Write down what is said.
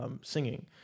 singing